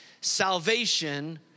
salvation